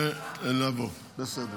דוד,